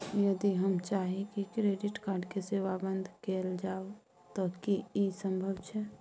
यदि हम चाही की क्रेडिट कार्ड के सेवा बंद कैल जाऊ त की इ संभव छै?